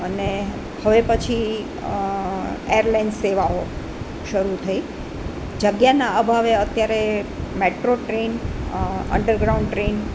અને હવે પછી એર લાઇન સેવાઓ શરૂ થઈ જગ્યાના અભાવે અત્યારે metro train underground train